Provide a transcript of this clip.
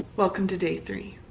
welcome to day three.